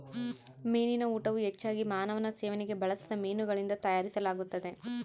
ಮೀನಿನ ಊಟವು ಹೆಚ್ಚಾಗಿ ಮಾನವನ ಸೇವನೆಗೆ ಬಳಸದ ಮೀನುಗಳಿಂದ ತಯಾರಿಸಲಾಗುತ್ತದೆ